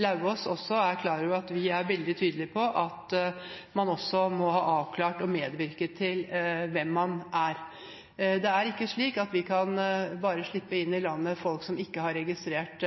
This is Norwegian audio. Lauvås også er klar over at vi er veldig tydelige på at man også må ha avklart eller medvirket til å avklare hvem man er. Det er ikke slik at vi bare kan slippe inn i landet folk som ikke har registrert